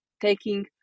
taking